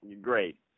great